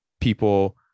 people